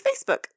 Facebook